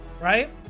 right